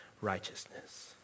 righteousness